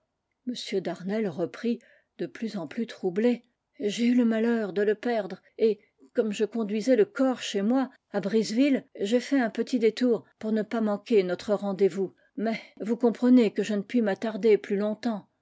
m d'arnelles reprit de plus en plus troublé j'ai eu le malheur de le perdre et comme je conduisais le corps chez moi à briseville j'ai fait un petit détour pour ne pas manquer notre rendez-vous mais vous comprenez que je ne puis m'attarder plus longtemps